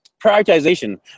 prioritization